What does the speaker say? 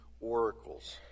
oracles